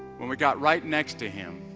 when we got right next to him,